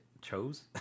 chose